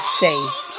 safe